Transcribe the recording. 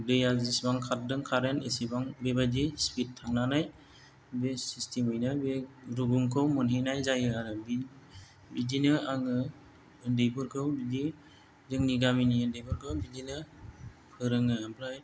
दैया जेसेबां खारदों कारेन्ट एसेबां बेबादि स्पिड थांनानै बे सिसटेमैनो बे रुगुंखौ मोनहैनाय जायो आरो बिदिनो आङो उन्दैफोरखौ बिदि जोंनि गामिनि उन्दैफोरखौ बिदिनो फोरोङो ओमफ्राय